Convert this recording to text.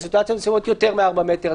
ובסיטואציות מסוימות יותר מ-4 מטר?